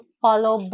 follow